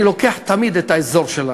אני לוקח תמיד את האזור שלנו,